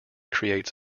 creates